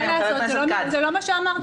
זה לא מה שאמרתי.